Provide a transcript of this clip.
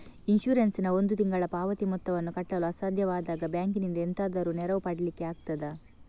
Insurance ನ ಒಂದು ತಿಂಗಳ ಪಾವತಿ ಮೊತ್ತವನ್ನು ಕಟ್ಟಲು ಅಸಾಧ್ಯವಾದಾಗ ಬ್ಯಾಂಕಿನಿಂದ ಎಂತಾದರೂ ನೆರವು ಪಡಿಲಿಕ್ಕೆ ಆಗ್ತದಾ?